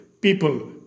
people